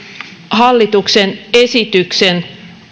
hallituksen esityksen